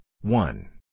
one